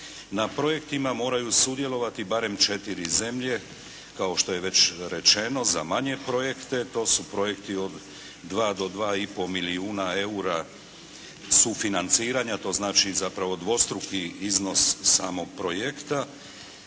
Na projektima moraju sudjelovati barem 4 zemlje kao što je već rečeno za manje projekte, to su projekti od 2 do 2,5 milijuna eura sufinanciranja, to znači zapravo dvostruki iznos samog projekta,